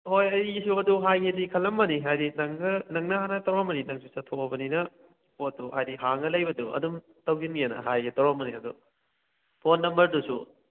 ꯍꯣꯏ ꯑꯩꯁꯨ ꯑꯗꯨ ꯍꯥꯏꯒꯦꯗꯤ ꯈꯜꯂꯝꯕꯅꯤ ꯍꯥꯏꯗꯤ ꯅꯪꯅ ꯍꯥꯟꯅ ꯇꯧꯔꯝꯕꯅꯤ ꯅꯪꯁꯨ ꯆꯠꯊꯣꯛꯑꯕꯅꯤꯅ ꯄꯣꯠꯇꯣ ꯍꯥꯏꯗꯤ ꯍꯥꯟꯅ ꯂꯩꯕꯗꯣ ꯑꯗꯨꯝ ꯇꯧꯁꯤꯟꯒꯦꯅ ꯍꯥꯏꯒꯦ ꯇꯧꯔꯝꯕꯅꯤ ꯑꯗꯨ ꯐꯣꯟ ꯅꯝꯕꯔꯗꯨꯁꯨ